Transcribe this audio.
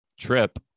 trip